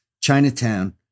Chinatown